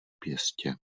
pěstě